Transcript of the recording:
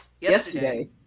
yesterday